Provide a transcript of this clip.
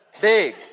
big